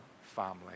family